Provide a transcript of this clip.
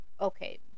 okay